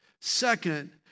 Second